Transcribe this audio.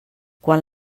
quan